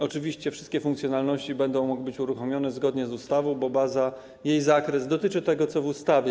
Oczywiście wszystkie funkcjonalności będą mogły być uruchomione zgodnie z ustawą, bo baza, jej zakres dotyczy tego, co jest w ustawie.